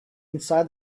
inside